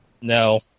No